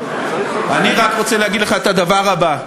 אני רוצה להגיד לך את הדבר הבא: